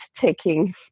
taking